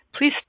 please